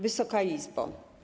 Wysoka Izbo!